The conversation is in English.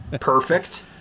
Perfect